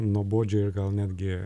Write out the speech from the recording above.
nuobodžiai ir gal netgi